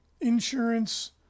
insurance